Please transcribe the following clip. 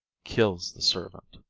kills the servant.